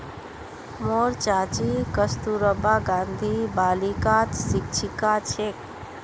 मोर चाची कस्तूरबा गांधी बालिकात शिक्षिका छेक